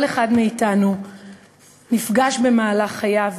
כל אחד מאתנו נפגש במהלך חייו